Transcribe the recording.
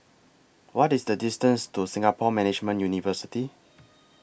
What IS The distance to Singapore Management University